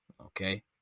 Okay